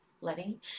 letting